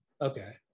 okay